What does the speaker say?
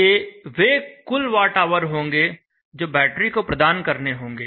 ये वे कुल वाट ऑवर होंगे जो बैटरी को प्रदान करने होंगे